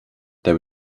there